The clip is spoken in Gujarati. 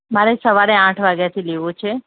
મારે સવારે આઠ વાગ્યાથી લેવું છે